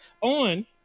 on